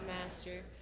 master